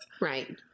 Right